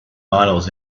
models